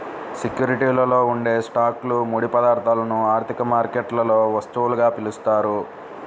సెక్యూరిటీలలో ఉండే స్టాక్లు, ముడి పదార్థాలను ఆర్థిక మార్కెట్లలో వస్తువులుగా పిలుస్తారు